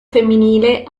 femminile